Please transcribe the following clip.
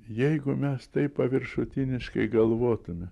jeigu mes taip paviršutiniškai galvotume